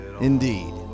indeed